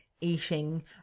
eating